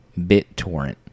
BitTorrent